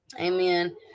Amen